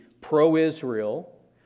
pro-Israel